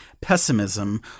pessimism